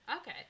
Okay